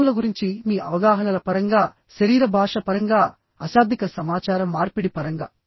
మానవుల గురించి మీ అవగాహనల పరంగా శరీర భాష పరంగా అశాబ్దిక సమాచార మార్పిడి పరంగా